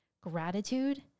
gratitude